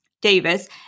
Davis